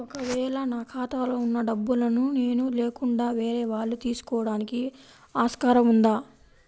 ఒక వేళ నా ఖాతాలో వున్న డబ్బులను నేను లేకుండా వేరే వాళ్ళు తీసుకోవడానికి ఆస్కారం ఉందా?